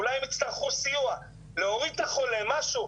אולי הם יצטרכו סיוע להוריד את החולה משהו',